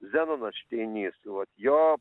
zenonas šteinys vat jo